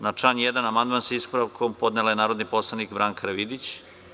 Na član 1. amandman, sa ispravkom, podnela je narodni poslanik Branka Karavidić.